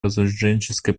разоруженческой